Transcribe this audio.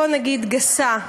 בואו נגיד, גסה,